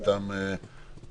אתה מכיר את השיר?